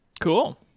Cool